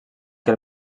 que